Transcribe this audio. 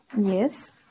Yes